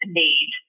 need